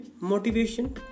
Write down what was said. motivation